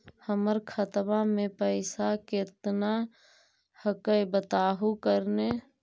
हमर खतवा में पैसा कितना हकाई बताहो करने?